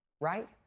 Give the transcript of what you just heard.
right